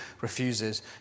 refuses